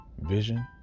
vision